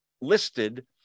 listed